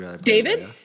David